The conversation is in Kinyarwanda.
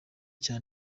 cya